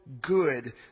good